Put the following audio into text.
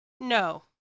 No